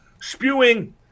spewing